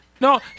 No